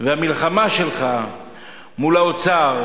ואת המלחמה שלך מול האוצר,